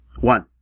One